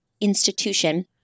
institution